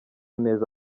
neza